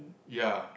ya